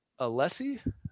alessi